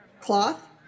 cloth